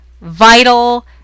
vital